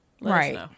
Right